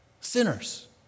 sinners